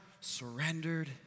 surrendered